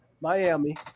Miami